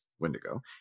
Wendigo